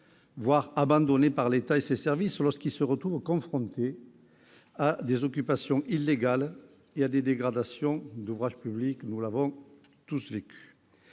voire abandonnés par l'État et ses services, lorsqu'ils se retrouvent confrontés à des occupations illégales et à des dégradations d'ouvrages publics. Mais il est tout aussi